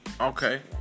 Okay